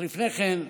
לפני כן,